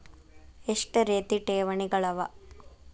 ಎಷ್ಟ ರೇತಿ ಠೇವಣಿಗಳ ಅವ?